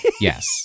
Yes